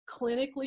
clinically